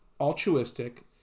altruistic